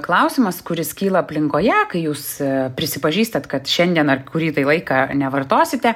klausimas kuris kyla aplinkoje kai jūs prisipažįstat kad šiandien ar kurį tai laiką nevartosite